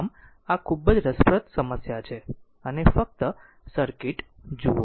આમ આ ખૂબ જ રસપ્રદ સમસ્યા છે અને ફક્ત સર્કિટ જુઓ